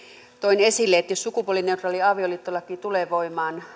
toin esille että jos sukupuolineutraali avioliittolaki tulee voimaan